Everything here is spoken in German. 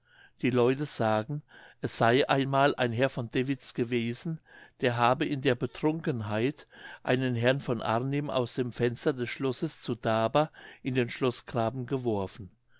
die leute sagen es sey einmal ein herr von dewitz gewesen der habe in der betrunkenheit einen herrn von arnim aus dem fenster des schlosses zu daber in den schloßgraben geworfen